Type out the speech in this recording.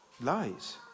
lies